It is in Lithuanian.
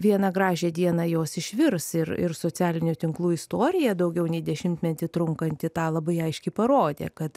vieną gražią dieną jos išvirs ir ir socialinių tinklų istorija daugiau nei dešimtmetį trunkanti tą labai aiškiai parodė kad